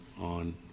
on